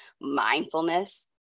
mindfulness